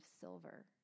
silver